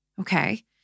Okay